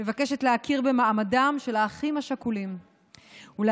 מבקשת להכיר במעמדם של האחים השכולים ולעגן